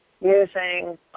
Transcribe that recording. using